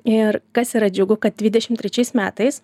ir kas yra džiugu kad dvidešim trečiais metais